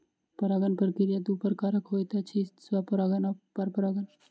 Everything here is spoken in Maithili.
परागण प्रक्रिया दू प्रकारक होइत अछि, स्वपरागण आ परपरागण